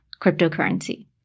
cryptocurrency